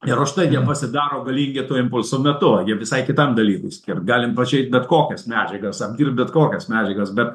ir užtai jie pasidaro galingi to impulso metu jie visai kitam dalykui skirt galim plačiai bet kokias medžiagas apdirbt bet kokias medžiagas bet